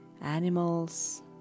animals